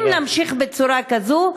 אם נמשיך בצורה כזאת,